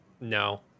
No